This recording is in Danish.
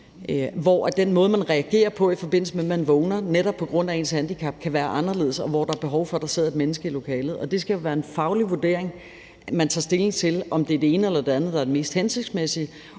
af ens handicap reagerer på, i forbindelse med at man vågner, kan være anderledes, og hvor der er behov for, at der sidder et menneske i lokalet. Det skal være en faglig vurdering, hvor man tager stilling til, om det er det ene eller det andet, der er det mest hensigtsmæssige,